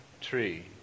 tree